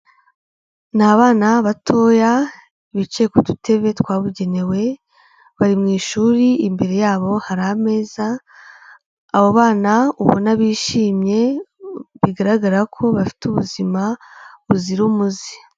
Ni abana batoya, bicaye ku dutebe twabugenewe, bari mu ishuri, imbere yabo hari ameza, abo bana ubona bishimye, bigaragara ko bafite ubuzima buzira umuze.